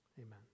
Amen